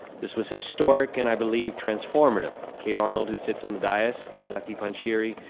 this was historic and i believe transformative. kate arnold, who sits on the dias, zaki panjsheeri,